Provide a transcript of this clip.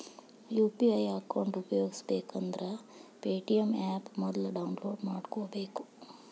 UPI account ಉಪಯೋಗಿಸಬೇಕಂದ್ರ Paytm app ಮೊದ್ಲ download ಮಾಡ್ಕೋಬೇಕು